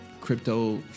crypto